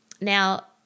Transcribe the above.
Now